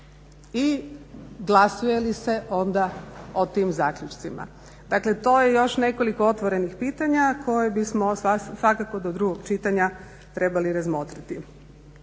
i glasuje li se onda o tim zaključcima. Dakle to je još nekoliko otvorenih pitanja koje bismo svakako do drugog čitanja trebali razmotriti.